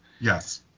Yes